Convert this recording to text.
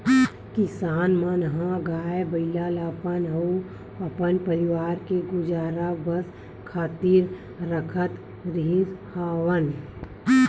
किसान मन ह गाय, बइला ल अपन अउ अपन परवार के गुजर बसर खातिर राखत रिहिस हवन